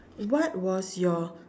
what was your